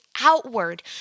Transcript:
outward